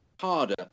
harder